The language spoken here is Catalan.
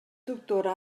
doctora